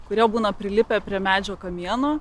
kurie būna prilipę prie medžio kamieno